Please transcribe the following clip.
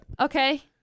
Okay